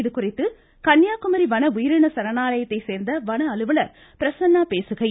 இதுகுறித்து கன்னியாகுமரி வன உயிரின சரணாலயத்தை சேர்ந்த வன அலுவலர் பிரசன்னா பேசுகையில்